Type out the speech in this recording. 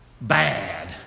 bad